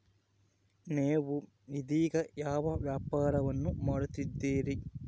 ನೇವು ಇದೇಗ ಯಾವ ವ್ಯಾಪಾರವನ್ನು ಮಾಡುತ್ತಿದ್ದೇರಿ?